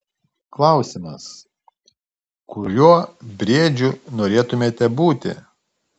klausimas kuriuo briedžiu norėtumėte būti